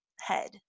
head